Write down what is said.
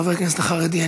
חבר הכנסת החרדי.